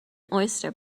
oyster